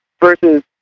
versus